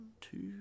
two